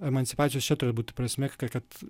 emancipacijos čia turi būti prasmė kad